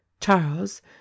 charles